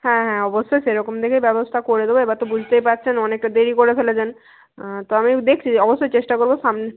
হ্যাঁ হ্যাঁ অবশ্যই সেরকম দেখে ব্যবস্থা করে দেব এবার তো বুঝতেই পারছেন অনেকটা দেরি করে ফেলেছেন তো আমি দেখছি অবশ্যই চেষ্টা করব সামনে